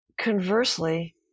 Conversely